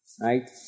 Right